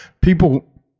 people